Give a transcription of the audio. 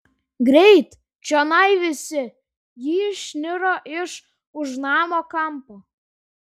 greit čionai visi ji išniro iš už namo kampo